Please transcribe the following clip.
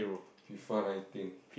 be fun I think